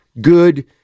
good